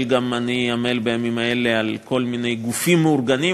אני עמל בימים האלה על כל מיני גופים מאורגנים,